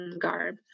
garb